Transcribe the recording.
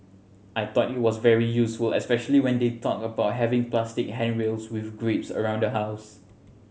I thought it was very useful especially when they talked about having plastic handrails with grips around the house